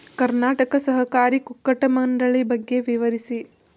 ಕರ್ನಾಟಕ ಸಹಕಾರಿ ಕುಕ್ಕಟ ಮಂಡಳಿ ಬಗ್ಗೆ ವಿವರಿಸಿ?